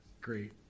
great